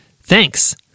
thanks